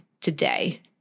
today